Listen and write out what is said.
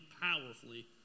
powerfully